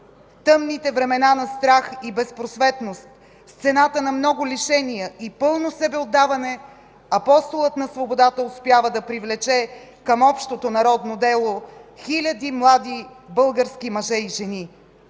тъмните времена на страх и безпросветност, с цената на много лишения и пълно себеотдаване Апостола на свободата успява да привлече към общото народно дело хиляди млади български мъже и жени.